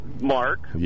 Mark